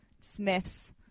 Smith's